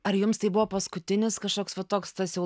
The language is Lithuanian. ar jums tai buvo paskutinis kažkoks va toks tas jau